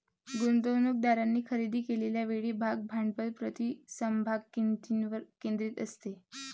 गुंतवणूकदारांनी खरेदी केलेल्या वेळी भाग भांडवल प्रति समभाग किंमतीवर केंद्रित असते